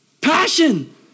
Passion